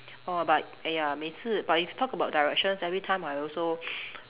oh but !aiya! 每次 but if talk about directions every time I also